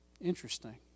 Interesting